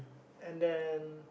and then